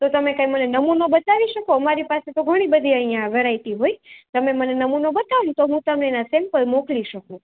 તો તમે કાંઈ મને નમૂનો બતાવી શકો અમારી પાસે તો ઘણીબધી અહીંયાં વેરાઇટી હોય તમે મને નમૂનો બતાવી તો હું તમે એના સેમ્પલ મોકલી શકું